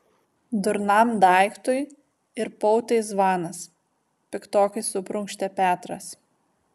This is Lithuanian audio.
durnam daiktui ir pautai zvanas piktokai suprunkštė petras